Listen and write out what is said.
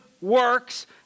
works